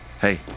hey